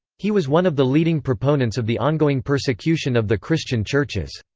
he was one of the leading proponents of the ongoing persecution of the christian churches.